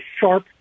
sharp